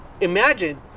imagine